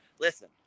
Listen